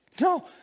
No